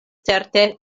certe